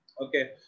Okay